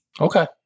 Okay